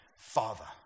Father